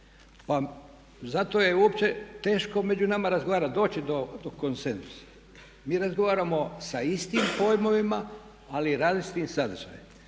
Pa zato je uopće teško među nama razgovarati. Doći će do konsenzusa. Mi razgovaramo sa istim pojmovima ali različitim sadržajem.